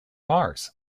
mars